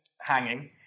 hanging